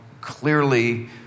clearly